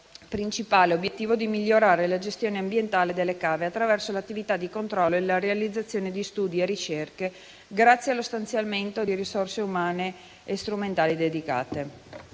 principale obiettivo di migliorare la gestione ambientale delle cave attraverso l'attività di controllo e la realizzazione di studi e ricerche, grazie allo stanziamento di risorse umane e strumentali dedicate.